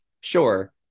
sure